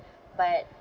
but